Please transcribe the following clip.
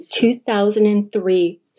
2003